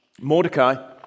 Mordecai